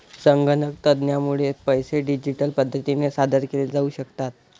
संगणक तंत्रज्ञानामुळे पैसे डिजिटल पद्धतीने सादर केले जाऊ शकतात